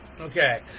okay